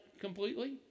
completely